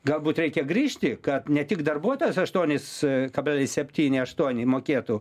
galbūt reikia grįžti kad ne tik darbuotojas aštuonis kablelis septyni aštuoni mokėtų